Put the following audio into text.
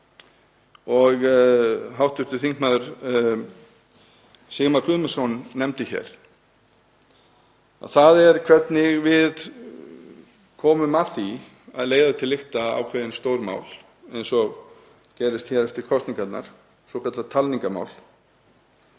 og hv. þm. Sigmar Guðmundsson nefndi hér, og það er hvernig við komum að því að leiða til lykta ákveðin stórmál eins og gerðist hér eftir kosningarnar, svokallað talningarmál.